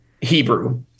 Hebrew